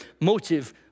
motive